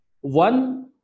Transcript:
one